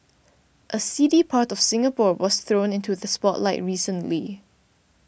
a seedy part of Singapore was thrown into the spotlight recently